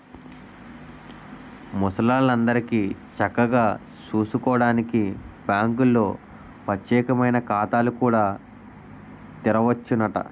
ముసలాల్లందరికీ చక్కగా సూసుకోడానికి బాంకుల్లో పచ్చేకమైన ఖాతాలు కూడా తెరవచ్చునట